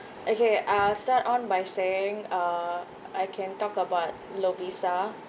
okay I'll start on by saying uh I can talk about Lovisa